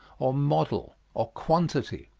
or model, or quantity.